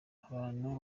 abantu